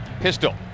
Pistol